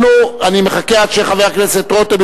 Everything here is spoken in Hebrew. אני מחכה עד שחבר הכנסת רותם,